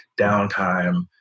downtime